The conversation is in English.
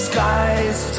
Skies